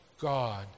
God